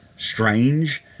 Strange